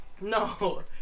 no